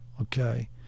okay